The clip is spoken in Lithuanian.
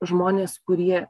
žmonės kurie